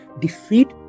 defeat